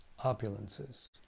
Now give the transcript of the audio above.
opulences